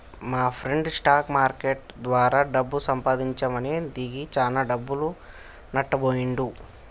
మాప్రెండు stock market ద్వారా డబ్బు సంపాదిద్దామని దిగి చానా డబ్బులు నట్టబొయ్యిండు